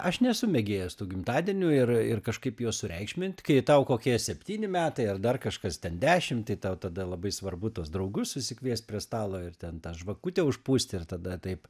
aš nesu mėgėjas tų gimtadienių ir ir kažkaip juos sureikšmint kai tau kokie septyni metai ar dar kažkas ten dešim tai tau tada labai svarbu tuos draugus susikviest prie stalo ir ten tą žvakutę užpūsti ir tada taip